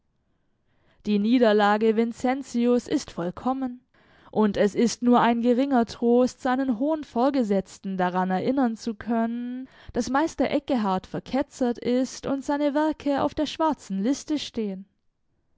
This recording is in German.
die niederlage vincentius ist vollkommen und es ist nur ein geringer trost seinen hohen vorgesetzten daran erinnern zu können daß meister eckehart verketzert ist und seine werke auf der schwarzen liste stehen